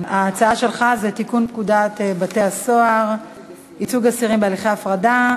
ההצעה שלך היא לתיקון פקודת בתי-הסוהר (ייצוג אסירים בהליכי הפרדה),